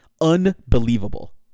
Unbelievable